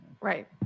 Right